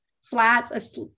SLATs